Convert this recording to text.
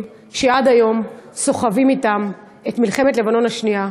שעד היום סוחבים אתם את מלחמת לבנון השנייה